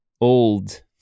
old